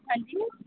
ਹਾਂਜੀ